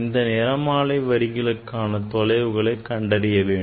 இந்த நிறமாலை வரிகளுக்கான தொலைவுகளை கண்டறிய வேண்டும்